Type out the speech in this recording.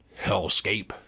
hellscape